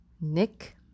Nick